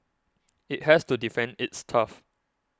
it has to defend its turf